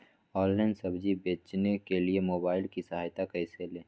Online सब्जी बेचने के लिए मोबाईल की सहायता कैसे ले?